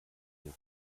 ihre